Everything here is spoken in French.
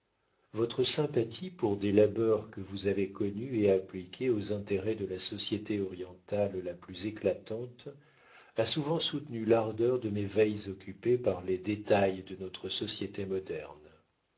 votre sympathie pour des labeurs que vous avez connus et appliqués aux intérêts de la société orientale la plus éclatante et souvent soutenu l'ardeur de mes veilles occupées par les détails de notre société moderne